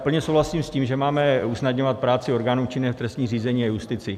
Plně souhlasím s tím, že máme usnadňovat práci orgánům činným v trestním řízení a justici.